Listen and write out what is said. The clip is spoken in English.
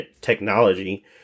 technology